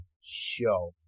show